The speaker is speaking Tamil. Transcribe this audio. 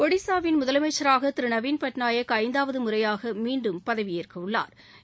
ஒடிஸாவின் முதலமைச்சராக திரு நவின் பட்நாயக் ஐந்தாவது முறையாக மீண்டும் பதவியேற்க உள்ளா்